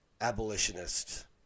abolitionist